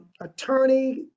Attorney